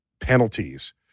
penalties